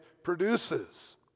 produces